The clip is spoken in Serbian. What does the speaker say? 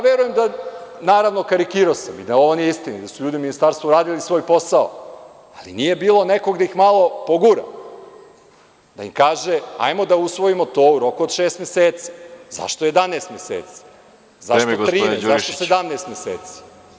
Verujem, naravno, karikirao sam, i da ovo nije istina i da su ljudi u ministarstvu radili svoj posao, ali nije bilo nekoga da ih malo pogura, da im kaže – hajde da usvojimo to u roku od šest meseci, zašto 11 meseci, zašto 13, zašto 17 meseci.